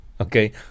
okay